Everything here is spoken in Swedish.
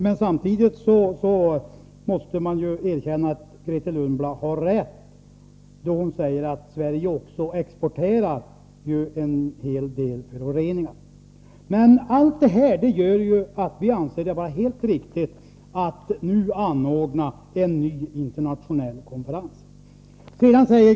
Men samtidigt måste vi erkänna att Grethe Lundblad har rätt när hon säger att även Sverige exporterar en hel del föroreningar. Allt detta gör att vi anser det vara helt riktigt att en ny internationell konferens anordnas.